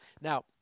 now